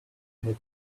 head